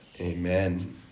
Amen